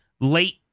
late